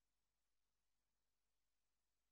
היא החשיבות המיוחסת כאן לתרומתן של נשים למשק הישראלי